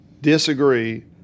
disagree